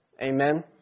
amen